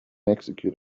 execute